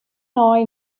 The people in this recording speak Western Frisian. nei